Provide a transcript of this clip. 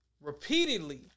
Repeatedly